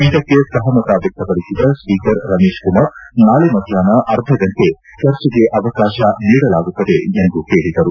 ಇದಕ್ಕೆ ಸಹಮತ ವ್ಯಕ್ಷಪಡಿಸಿದ ಸ್ವೀಕರ್ ರಮೇಶ್ಕುಮಾರ್ ನಾಳೆ ಮಧ್ಯಾಷ್ನ ಅರ್ಧಗಂಟೆ ಚರ್ಚೆಗೆ ಅವಕಾಶ ನೀಡಲಾಗುತ್ತದೆ ಎಂದು ಹೇಳಿದರು